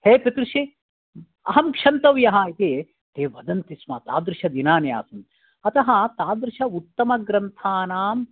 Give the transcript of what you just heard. हे अहं क्षन्तव्यः इति ते वदन्ति स्म तादृश दिनानि आसम् अतः तादृश उत्तम ग्रन्थानां